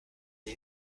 ich